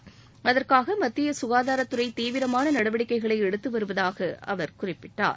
அகுற்காக மத்திய ககாதாரத்துறை தீவிரமான நடவடிக்கைகளை எடுத்து வருவதாக அவர் குறிப்பிட்டார்